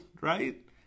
right